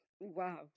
wow